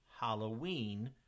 halloween